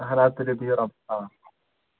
اَہَن حظ تُلِو بِہِو رۄبَس حَوالہٕ